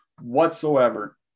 whatsoever